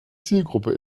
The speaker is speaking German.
zielgruppe